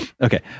Okay